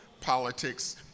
politics